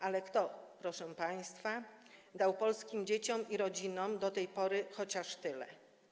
Ale kto, proszę państwa, dał polskim dzieciom i rodzinom do tej pory chociaż tyle?